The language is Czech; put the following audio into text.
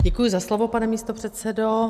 Děkuji za slovo, pane místopředsedo.